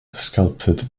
sculpted